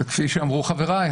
וכפי שאמרו חבריי,